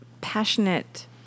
passionate